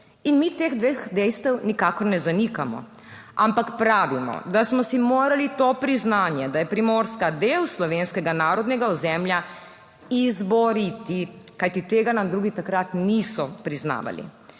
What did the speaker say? Mi teh dveh dejstev nikakor ne zanikamo, ampak pravimo, da smo si morali to priznanje, da je Primorska del slovenskega narodnega ozemlja, izboriti, kajti tega nam drugi takrat niso priznavali.